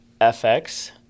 FX